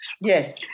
Yes